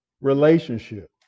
relationship